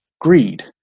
greed